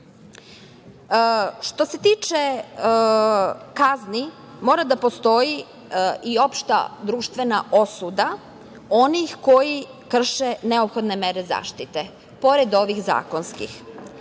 se tiče kazni mora da postoji i opšta društvena osuda onih koji krše neophodne mere zaštite pored ovih zakonskih.